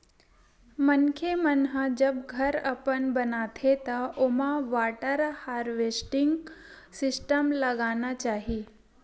मनखे मन ह जब घर अपन बनाथे त ओमा वाटर हारवेस्टिंग सिस्टम लगाना चाही